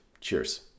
Cheers